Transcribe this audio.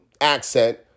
accent